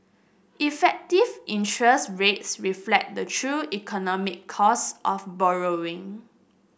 effective interest rates reflect the true economic cost of borrowing